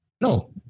No